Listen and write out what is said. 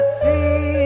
see